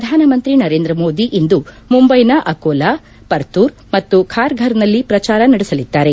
ಪ್ರಧಾನಮಂತ್ರಿ ನರೇಂದ್ರ ಮೋದಿ ಇಂದು ಮುಂಬೈನ ಅಕೋಲಾ ಪರ್ತೂರ್ ಮತ್ತು ಖಾರ್ಫರ್ನಲ್ಲಿ ಪ್ರಚಾರ ನಡೆಸಲಿದ್ದಾರೆ